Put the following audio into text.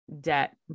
debt